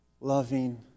loving